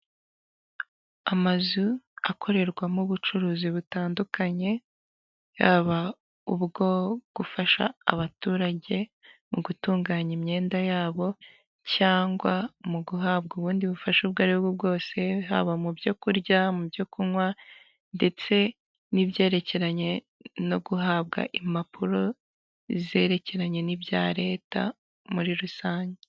Amazu akorerwamo ubucuruzi butandukanye yaba ubwo gufasha abaturage mu gutunganya imyenda yabo, cyangwa mu guhabwa ubundi bufasha ubwo aribwo bwose haba mu byo kurya mu byo kunywa, ndetse n'ibyerekeranye no guhabwa impapuro zerekeranye n'ibya leta muri rusange.